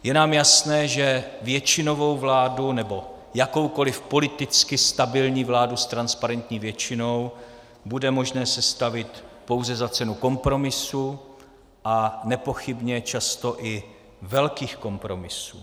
Je nám jasné, že většinovou vládu nebo jakoukoliv politicky stabilní vládu s transparentní většinou bude možné sestavit pouze za cenu kompromisů, a nepochybně často i velkých kompromisů.